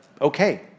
okay